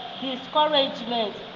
discouragement